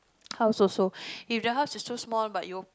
house also if the house is too small but it will